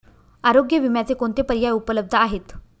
आरोग्य विम्याचे कोणते पर्याय उपलब्ध आहेत?